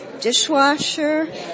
dishwasher